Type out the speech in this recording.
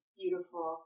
beautiful